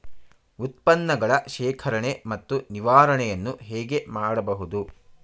ಉತ್ಪನ್ನಗಳ ಶೇಖರಣೆ ಮತ್ತು ನಿವಾರಣೆಯನ್ನು ಹೇಗೆ ಮಾಡಬಹುದು?